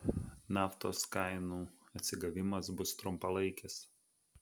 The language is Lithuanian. naftos kainų atsigavimas bus trumpalaikis